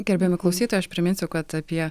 gerbiami klausytojai aš priminsiu kad apie